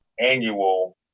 Annual